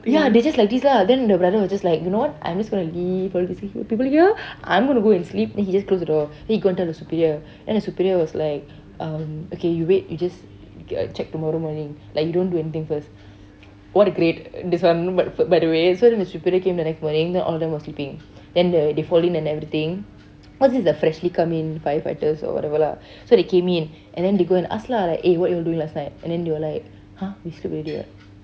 ya they just like this lah then the brother was just like you know what I'm just going to leave all these people here I'm going to go and sleep then he just closed the door then he go and tell the superior then the superior was like um okay you wait you just uh check tomorrow morning like you don't do anything first what a great this one by the way so then the superior came the next morning then all of them were sleeping then the they fall in and everything cause this is the freshly come in firefighters whatever lah so they came in and then they go and ask lah eh what you all doing last night and then they were like !huh! we sleep already [what]